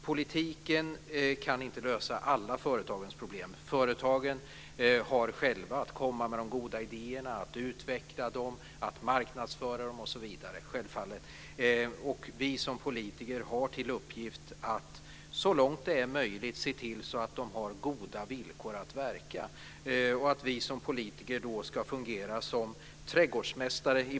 Politiken kan inte lösa alla företagens problem. Företagen har själva att komma med de goda idéerna, utveckla dem, marknadsföra dem osv. Vi som politiker har till uppgift att se till att företagen har goda villkor att verka under så långt det är möjligt. Vi politiker ska i bästa fall fungera som trädgårdsmästare.